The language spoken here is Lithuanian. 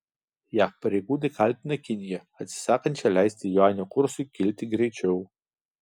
jav pareigūnai kaltina kiniją atsisakančią leisti juanio kursui kilti greičiau